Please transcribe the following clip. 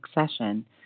succession